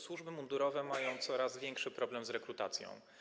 Służby mundurowe mają coraz większy problem z rekrutacją.